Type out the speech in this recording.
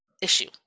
issue